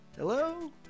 Hello